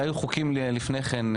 היו חוקים לפני כן,